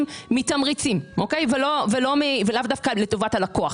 בעולם הזה הלקוח